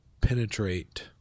penetrate